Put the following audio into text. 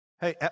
Hey